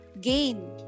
gain